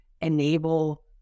enable